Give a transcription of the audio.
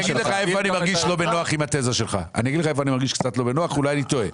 אני מרגיש קצת לא בנוח עם התזה שלך; אולי אני טועה.